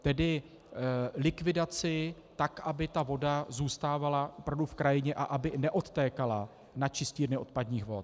Tedy likvidaci tak, aby ta voda zůstávala opravdu v krajině a aby neodtékala na čistírny odpadních vod.